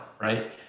right